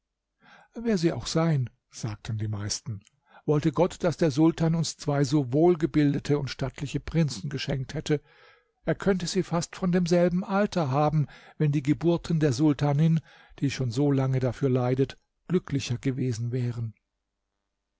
wer sie auch seien sagten die meisten wollte gott daß der sultan uns zwei so wohlgebildete und stattliche prinzen geschenkt hätte er könnte sie fast von demselben alter haben wenn die geburten der sultanin die schon so lange dafür leidet glücklicher gewesen wären